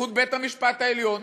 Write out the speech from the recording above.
בזכות בית-המשפט העליון.